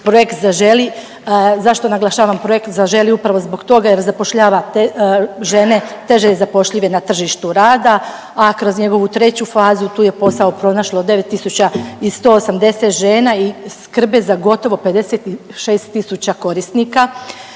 projekt „Zaželi“. Zašto naglašavam projekt „Zaželi“? Upravo zbog toga jer zapošljava žene teže zapošljive na tržištu rada, a kroz njegovu treću fazu tu je posao pronašlo 9.180 žena i skrbe za gotovo 56 tisuća korisnika.